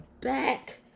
back